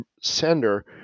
sender